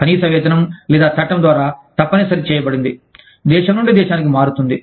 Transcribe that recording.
కనీస వేతనం లేదా చట్టం ద్వారా తప్పనిసరి చేయబడినది దేశం నుండి దేశానికి మారుతుంది